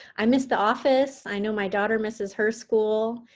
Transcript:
i miss the office. i know my daughter misses her school.